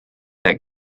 that